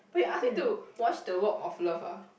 wait ask me to watch the Walk of Love ah